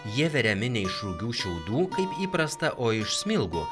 jie veriami ne iš rugių šiaudų kaip įprasta o iš smilgų